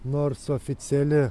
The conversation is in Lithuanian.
nors oficiali